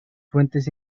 fuentes